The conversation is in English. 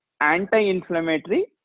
anti-inflammatory